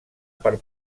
per